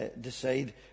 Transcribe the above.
decide